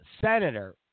senator